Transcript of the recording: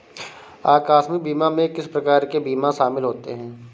आकस्मिक बीमा में किस प्रकार के बीमा शामिल होते हैं?